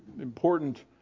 important